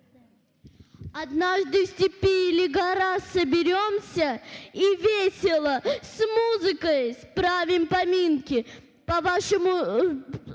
Однажды в степи иль горах соберемся И весело, с музыкой справим поминки По вашим